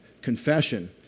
Confession